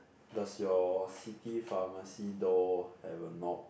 does your city pharmacy door have a knob